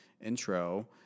intro